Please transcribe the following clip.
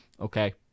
Okay